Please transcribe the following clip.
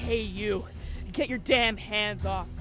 hey you get your damn hands off